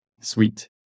Sweet